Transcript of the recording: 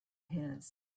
his